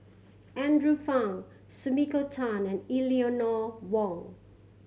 Andrew Phang Sumiko Tan and Eleanor Wong